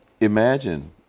Imagine